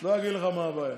לא אגיד לך מה הבעיה.